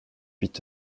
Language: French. huit